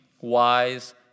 wise